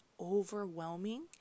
overwhelming